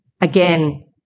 again